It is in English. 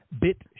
Bit